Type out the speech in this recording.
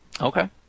Okay